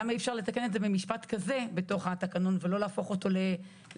למה אי אפשר לתקן את זה במשפט כזה בתוך התקנון ולא להפוך אותו למספרים,